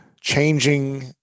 changing